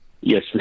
Yes